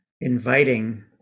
inviting